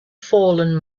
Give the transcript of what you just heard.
fallen